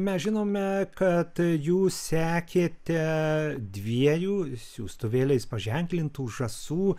mes žinome kad jūs sekėte dviejų siųstuvėliais paženklintų žąsų